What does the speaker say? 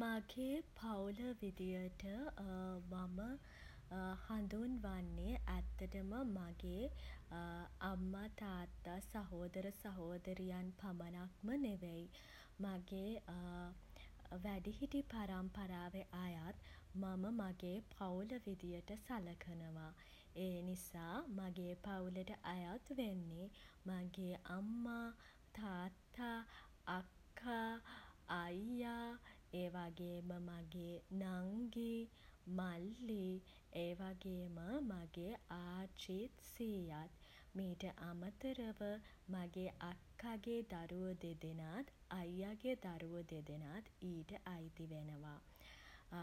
මාගේ පවුල විදියට මම හඳුන්වන්නේ ඇත්තටම මගේ අම්මා තාත්තා සහෝදර සහෝදරියන් පමණක්ම නෙවෙයි. මගේ වැඩිහිටි පරම්පරාවේ අයත් මම මගේ පවුල විදියට සලකනවා. ඒ නිසා මගේ පවුලට අයත් වෙන්නේ මගේ අම්මා තාත්තා අක්කා අයියා ඒ වගේම මගේ නංගී මල්ලී ඒ වගේම මගේ ආච්චිත් සීයාත් මීට අමතරව මගේ අක්කගේ දරුවෝ දෙදෙනාත් අයියගේ දරුවෝ දෙදෙනාත් ඊට අයිති වෙනවා